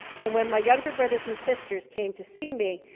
and when my younger brothers and sisters came to see me,